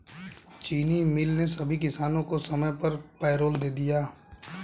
चीनी मिल ने सभी किसानों को समय पर पैरोल दे दिया